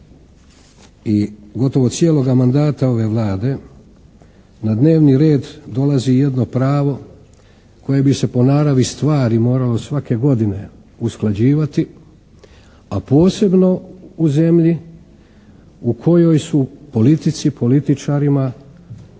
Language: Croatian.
i gotovo cijeloga mandata ove Vlade na dnevni red dolazi jedno pravo koje bi se po naravi stvari moralo svake godine usklađivati, a posebno u zemlji u kojoj su politici i političarima